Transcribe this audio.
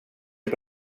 jag